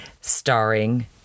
starring